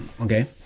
okay